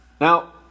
Now